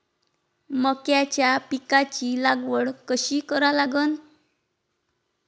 मक्याच्या पिकाची लागवड कशी करा लागन?